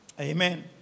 Amen